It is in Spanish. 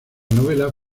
novela